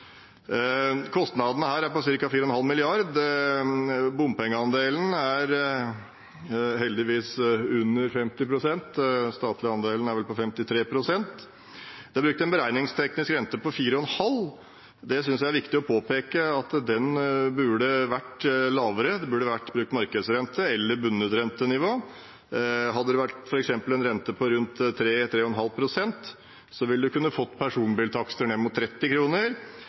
Kostnadene her er på ca. 4,5 mrd. kr. Bompengeandelen er heldigvis på under 50 pst., og den statlige andelen er vel på 53 pst. Det er brukt en beregningsteknisk rente på 4,5 pst., og jeg synes det er viktig å påpeke at den burde vært lavere, det burde vært brukt markedsrente eller bundet rentenivå. Hadde det f.eks. vært en rente på rundt 3–3,5 pst., ville vi kunnet få personbiltakster ned mot 30